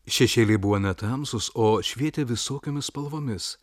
šešėliai buvo ne tamsūs o švietė visokiomis spalvomis